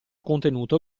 contenuto